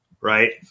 right